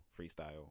Freestyle